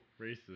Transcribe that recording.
Racist